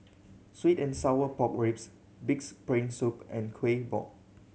sweet and sour pork ribs Pig's Brain Soup and Kuih Bom